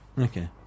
Okay